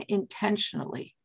intentionally